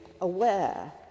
aware